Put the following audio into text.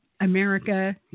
America